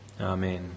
Amen